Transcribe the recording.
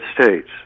states